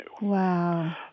Wow